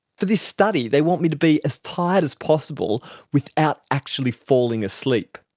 for this study they want me to be as tired as possible without actually falling asleep.